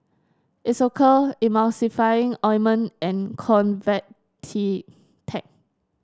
Isocal Emulsying Ointment and